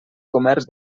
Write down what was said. comerç